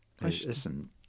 Listen